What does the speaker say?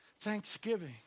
Thanksgiving